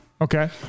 okay